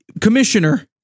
commissioner